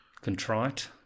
Contrite